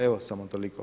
Evo samo toliko.